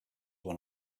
one